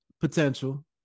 potential